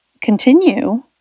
continue